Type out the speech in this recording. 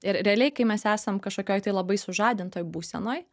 ir realiai kai mes esam kažkokioj tai labai sužadintoj būsenoj